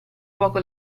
poco